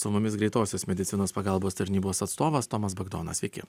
su mumis greitosios medicinos pagalbos tarnybos atstovas tomas bagdonas sveiki